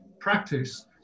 Practice